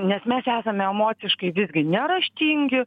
nes mes esame emociškai visgi neraštingi